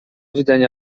widzenia